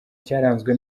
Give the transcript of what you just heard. cyaranzwe